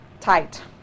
tight